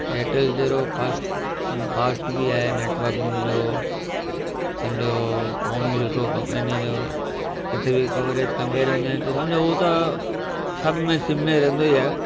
Airtel जहिड़ो fast fast बि आहे नेटवर्क उनजो सम्झो फ़ोन बि सुठो इनजो किथे बि कवरेज ॿाहिरि वञणु सम्झु हू त सभु में सिम में रहंदो ई आहे